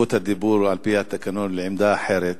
זכות הדיבור על-פי התקנון לעמדה אחרת,